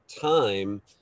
time